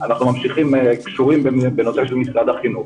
אנחנו ממשיכים, קשורים בנושא של משרד החינוך.